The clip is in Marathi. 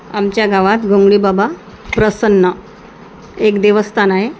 आमच्या गावात घोंगडी बाबा प्रसन्न एक देवस्थान आहे